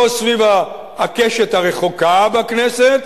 לא סביב הקשת הרחוקה בכנסת,